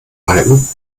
balken